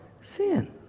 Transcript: sin